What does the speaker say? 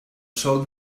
sòl